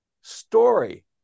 story